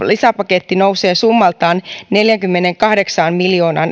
lisäpaketti nousee summaltaan neljäänkymmeneenkahdeksaan